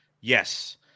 Yes